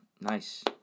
Nice